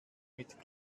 mit